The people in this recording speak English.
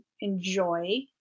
enjoy